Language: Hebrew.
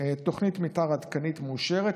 תוכנית מתאר עדכנית מאושרת,